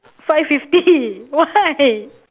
five fifty why